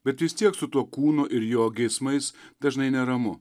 bet vis tiek su tuo kūnu ir jo geismais dažnai neramu